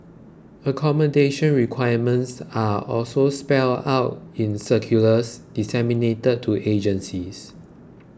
accommodation requirements are also spelt out in circulars disseminated to agencies